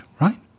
Right